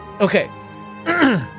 Okay